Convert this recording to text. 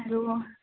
আৰু